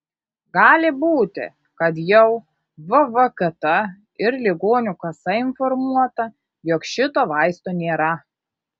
gali būti kad jau vvkt ir ligonių kasa informuota jog šito vaisto nėra